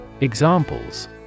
Examples